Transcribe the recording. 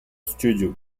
studios